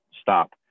stop